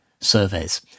surveys